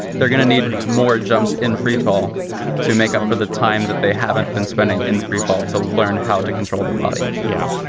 they're going to need more jumps in freefall to make up for the time that they haven't been spending in freefall to learn how to control their body. yeah.